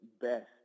best